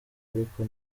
ariko